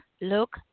look